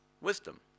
Wisdom